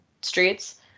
streets